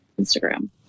Instagram